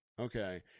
okay